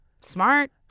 Smart